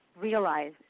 Realize